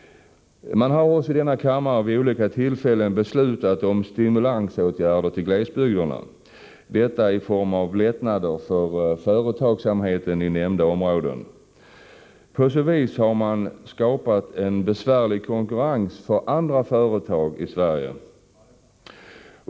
Man har i denna kammare vid olika tillfällen beslutat om stimulansåtgärder till glesbygderna i form av lättnader för företagsamheten i nämnda områden. På så vis har m” a skar. at en besvärlig konkurrens till företag it.ex. Malmöhus län.